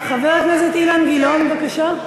חבר הכנסת אילן גילאון, בבקשה.